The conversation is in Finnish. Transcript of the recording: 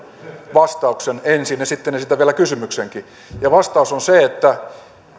vastauksen ensin ja sitten esitän vielä kysymyksenkin vastaus on se että